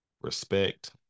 respect